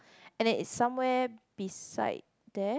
and it is somewhere beside that